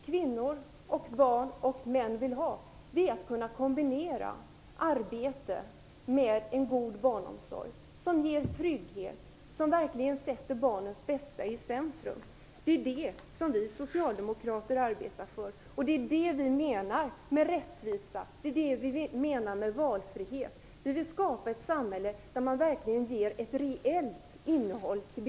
Kvinnor, barn och män vill kunna kombinera arbete med en god barnomsorg som ger trygghet och verkligen sätter barnens bästa i centrum. Det är detta vi socialdemokrater arbetar för och menar med rättvisa och valfrihet. Vi vill skapa ett samhälle där begreppet valfrihet ges ett reellt innehåll.